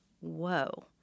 whoa